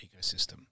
ecosystem